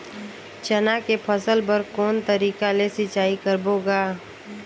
चना के फसल बर कोन तरीका ले सिंचाई करबो गा?